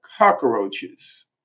cockroaches